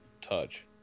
touch